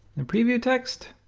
the preview text